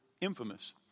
infamous